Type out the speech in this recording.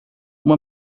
uma